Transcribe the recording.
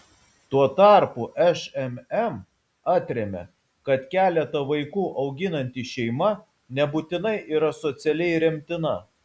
tuo tarpu šmm atremia kad keletą vaikų auginanti šeima nebūtinai yra socialiai remtina